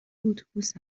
اتوبوس